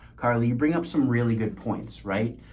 carly, you bring up some really good points, right?